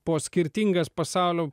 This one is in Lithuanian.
po skirtingas pasaulio